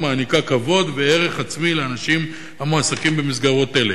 ומעניקה כבוד וערך עצמי לאנשים המועסקים במסגרות אלה.